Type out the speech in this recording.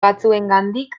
batzuengandik